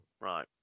right